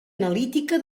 analítica